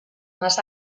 más